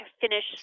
finish